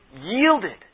yielded